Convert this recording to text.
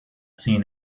seen